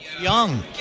Young